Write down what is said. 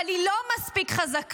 אבל היא לא מספיק חזקה